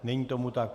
Není tomu tak.